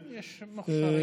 יש מוכשרים,